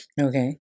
Okay